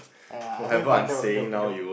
!aiya! I mean but the the the